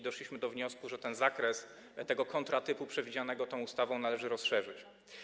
Doszliśmy do wniosku, że zakres tego kontratypu przewidzianego w tej ustawie należy rozszerzyć.